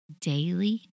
daily